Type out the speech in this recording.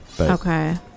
Okay